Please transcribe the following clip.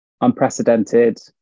unprecedented